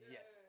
Yes